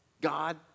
God